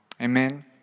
Amen